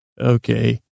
Okay